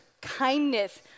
kindness